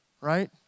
right